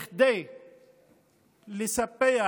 כדי לספח